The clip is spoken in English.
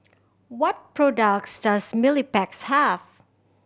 what products does Mepilex have